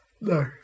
No